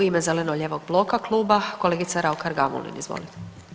U ime Zeleno-lijevog bloka kluba kolegica Raukar Gamulin, izvolite.